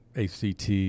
ACT